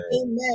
Amen